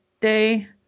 day